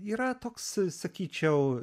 yra toks sakyčiau